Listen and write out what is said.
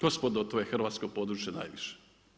Gospodo, to je hrvatsko područje najviše.